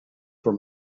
from